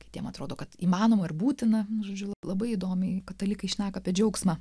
kitiems atrodo kad įmanoma ir būtina vienu žodžiu labai įdomiai katalikai šneka apie džiaugsmą